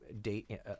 date